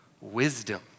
wisdom